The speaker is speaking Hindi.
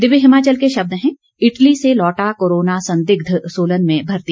दिव्य हिमाचल के शब्द हैं इटली से लौटा कोरोना संदिग्ध सोलन में भर्ती